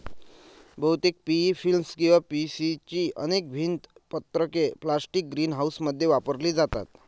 बहुतेक PE film किंवा PC ची अनेक भिंत पत्रके प्लास्टिक ग्रीनहाऊसमध्ये वापरली जातात